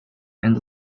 and